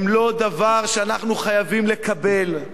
הם לא דבר שאנחנו חייבים לקבל.